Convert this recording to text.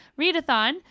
readathon